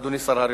אדוני שר הרווחה.